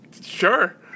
Sure